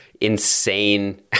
insane